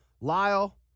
Lyle